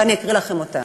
ואני אקריא לכם אותה: